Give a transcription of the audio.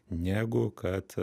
negu kad